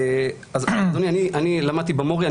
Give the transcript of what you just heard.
אדוני למדתי במורי,